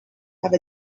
have